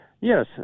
Yes